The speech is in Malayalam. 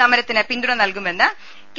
സമര ത്തിന് പിന്തുണ നൽകുമെന്ന് കെ